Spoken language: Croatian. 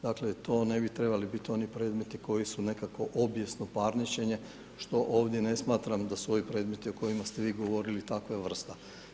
Dakle, to ne bi trebali biti oni predmeti koji su nekakvo obijesno parničenje što ovdje ne smatram da su ovi predmeti o kojima ste vi govorili takve vrste.